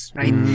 right